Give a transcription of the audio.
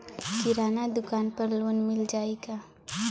किराना दुकान पर लोन मिल जाई का?